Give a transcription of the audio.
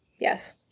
Yes